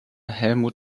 helmut